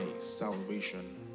salvation